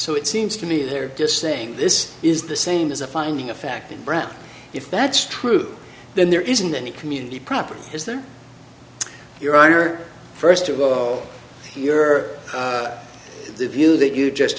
so it seems to me they're just saying this is the same as a finding of fact in brant if that's true then there isn't any community property is there your honor first of all your the view that you just